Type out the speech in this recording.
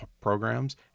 programs